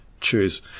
choose